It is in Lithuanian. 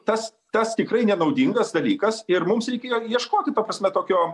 tas tas tikrai nenaudingas dalykas ir mums reikėjo ieškoti ta prasme tokio